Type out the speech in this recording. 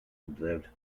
observed